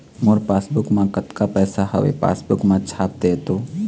मोर passbook मा कतका पैसा हवे पासबुक मा छाप देव तो?